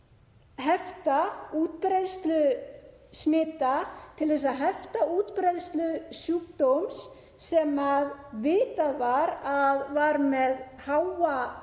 hefta útbreiðslu smita, hefta útbreiðslu sjúkdóms sem vitað var að var með háa